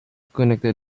connected